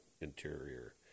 interior